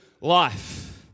life